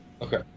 Okay